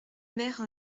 mère